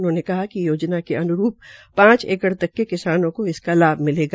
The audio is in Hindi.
उन्होंने कहा कि योजना के अन्रूप पांच एकड़ तक के किसानोंकेा इसका लाभ मिलेगा